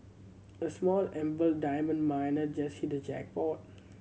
a small embattled diamond miner just hit the jackpot